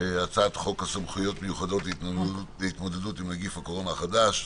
הצעת חוק סמכויות מיוחדות להתמודדות עם נגיף הקורונה החדש,